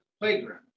playground